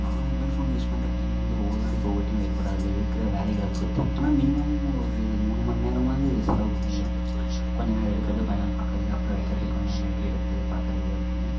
நான் mobile phone use பண்ணுற time வந்து ஓவ்வொரு நாளைக்கு ஒவ்வொரு டைம் வேறுபடும் அது இருக்குற வேலைகளை பொருத்து ஆனால் மினிமம் ஒரு மூணு மண்நேரமாது செலவு பண்ணிருவேன் கொஞ்ச நேரம் எடுக்கிறது கொஞ்ச நேரம் பார்க்குறது அப்புறம் வைக்கிறது கொஞ்சம் நேரம் எடுக்கிறது பார்க்குறது அப்படீனு